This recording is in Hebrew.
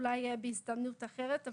אולי בהזדמנות אחרת.